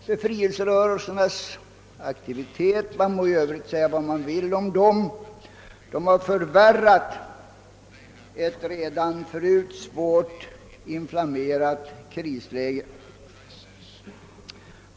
Befrielserörelsernas aktivitet har — vad man än i Övrigt må vilja säga om dem — förvärrat ett redan förut svårt inflammerat krisläge.